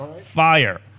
fire